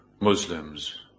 Muslims